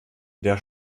der